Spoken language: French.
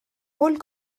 rôle